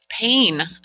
pain